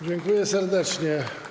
Dziękuję serdecznie.